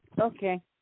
Okay